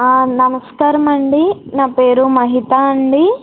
నమస్కారమండీ నా పేరు మహిత అండీ